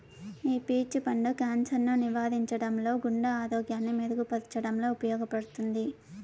ఈ పీచ్ పండు క్యాన్సర్ ను నివారించడంలో, గుండె ఆరోగ్యాన్ని మెరుగు పరచడంలో ఉపయోగపడుతుంది